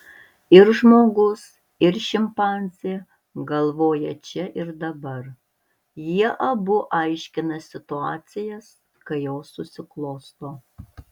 ir žmogus ir šimpanzė galvoja čia ir dabar jie abu aiškina situacijas kai jos susiklosto